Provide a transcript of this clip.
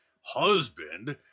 husband